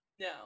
No